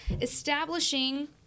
establishing